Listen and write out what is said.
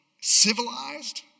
civilized